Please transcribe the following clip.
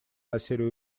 носили